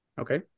Okay